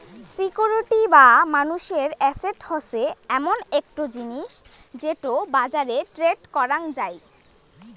security বা মানুষের asset হসে এমন একটো জিনিস যেটোকে বাজারে ট্রেড করাং যাই